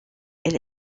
elle